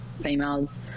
females